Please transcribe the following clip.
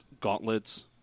gauntlets